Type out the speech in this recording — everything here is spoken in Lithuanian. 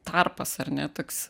tarpas ar ne toks